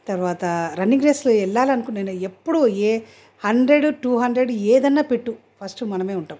తర్వాత రన్నింగ్ రేస్లో వెళ్ళాలనుకున్నాను ఎప్పుడూ ఏ హండ్రెడ్ టూ హండ్రెడ్ ఏదైనా పెట్టు ఫస్ట్ మనమే ఉంటాము